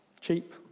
Cheap